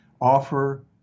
offer